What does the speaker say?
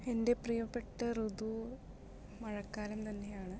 എൻ്റെ പ്രിയപ്പെട്ട ഋതു മഴക്കാലം തന്നെയാണ്